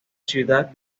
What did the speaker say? ciudad